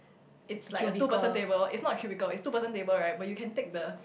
it's like a two person table it's not a cubicle it's two person table right but you can take the